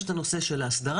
יש את הנושא של ההסדרה,